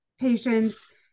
patients